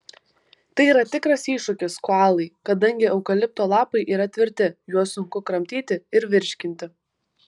tai yra tikras iššūkis koalai kadangi eukalipto lapai yra tvirti juos sunku kramtyti ir virškinti